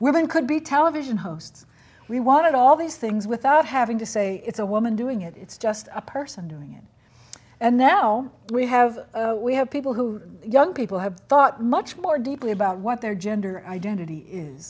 women could be television hosts we wanted all these things without having to say it's a woman doing it it's just a person doing it and now we have we have people who young people have thought much more deeply about what their gender identity is